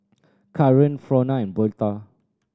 Kaaren Frona and Berta